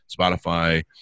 Spotify